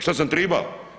Šta sam triba?